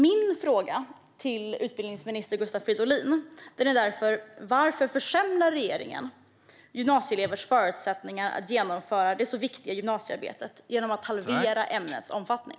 Min fråga till utbildningsminister Gustav Fridolin är: Varför försämrar regeringen gymnasieelevers förutsättningar att genomföra det så viktiga gymnasiearbetet genom att halvera ämnets omfattning?